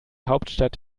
hauptstadt